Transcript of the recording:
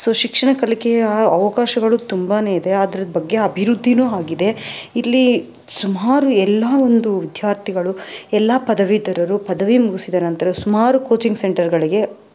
so ಶಿಕ್ಷಣ ಕಲಿಕೆಯ ಅವಕಾಶಗಳು ತುಂಬಾ ಇದೆ ಅದ್ರ ಬಗ್ಗೆ ಅಭಿವೃದ್ಧಿನೂ ಆಗಿದೆ ಇಲ್ಲಿ ಸುಮಾರು ಎಲ್ಲ ಒಂದು ವಿದ್ಯಾರ್ಥಿಗಳು ಎಲ್ಲ ಪದವೀಧರರು ಪದವಿ ಮುಗಿಸಿದ ನಂತರ ಸುಮಾರು ಕೋಚಿಂಗ್ ಸೆಂಟರ್ಗಳಿಗೆ